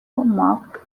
mocked